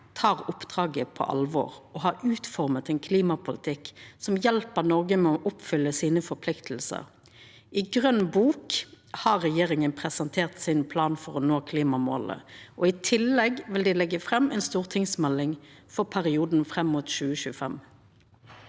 tek oppdraget på alvor og har utforma ein klimapolitikk som hjelper Noreg med å oppfylla forpliktingane sine. I Grøn bok har regjeringa presentert sin plan for å nå klimamåla. I tillegg vil dei leggja fram ei stortingsmelding for perioden fram mot 2025.